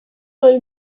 vingt